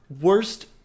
Worst